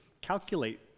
calculate